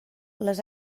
les